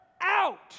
out